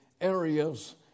areas